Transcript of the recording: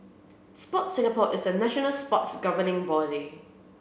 Sport Singapore is a national sports governing body